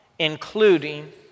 including